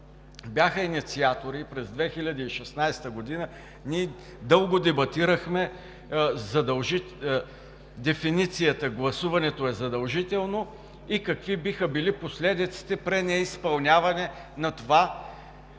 бяха инициатори и през 2016 г. ние дълго дебатирахме дефиницията „гласуването е задължително“ и какви биха били последиците при неизпълняване на това?